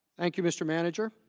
thank you, mr. manager.